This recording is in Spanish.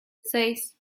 seis